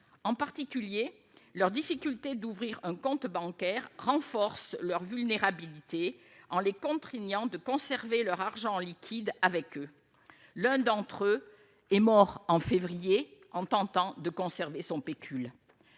en particulier leur difficulté d'ouvrir un compte bancaire renforcent leur vulnérabilité en les contraignant de conserver leur argent en liquide avec eux, l'un d'entre eux est mort en février, en tentant de conserver son pécule,